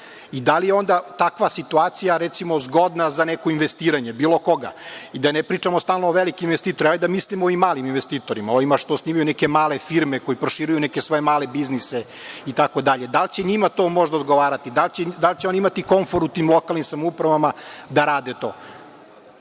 Da li je onda takva situacija zgodna za neko investiranje, bilo koga? I da ne pričamo stalno o velikim investitorima. Hajde da pričamo i o malim investitorima, ovima što osnivaju neke male firme, koji proširuju neke svoje male biznise itd, da li će njima to možda odgovarati, da li će oni imati konfor u tim lokalnim samoupravama da rade